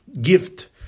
gift